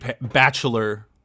bachelor